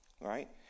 right